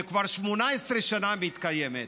שכבר 18 שנה מתקיימת.